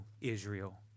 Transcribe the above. Israel